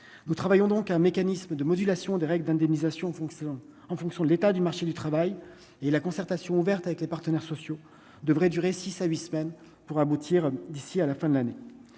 nous travaillons donc un mécanisme de modulation des règles d'indemnisation en fonction, en fonction de l'état du marché du travail et la concertation ouverte avec les partenaires sociaux devraient durer 6 à 8 semaines pour aboutir d'ici à la fin de l'année,